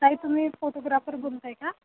ताई तुम्ही फोटोग्राफर बोलताय का